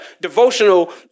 devotional